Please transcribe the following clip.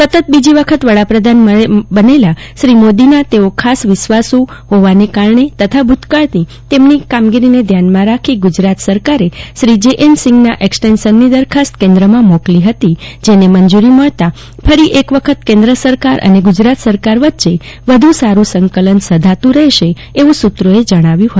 સતત બીજી વખત વડાપ્રધાન બનેલા શ્રી મોદીના તેઓ ખાસ વિશ્વાસુ મનાતા હોવાના કારણે તથા ભુતકાળની તેમની કામગીરીને ધ્યાનમાં લઈ ગુજરાત સરકારે શ્રી જે એન સિંધના એક્સટેન્શનની દરખાસ્ત કેન્દ્રમાં મોકલી હતી જેને મંજુરી મળતા ફરી એક વખત કેન્દ્ર સરકાર અને ગુજરાત સરકાર વચ્ચે વધુ સારૂ સંકલન સંધાતુ રહેશે એવુ સુત્રોએ જણાવ્યુ હતું